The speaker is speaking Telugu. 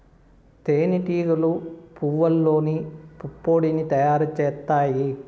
తేనె టీగలు పువ్వల్లోని పుప్పొడిని తయారు చేత్తాయి